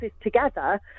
together